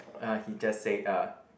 uh he just say uh